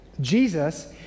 Jesus